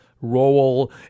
role